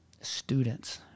students